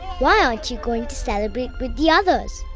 why aren't you going to celebrate with the others?